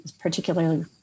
particularly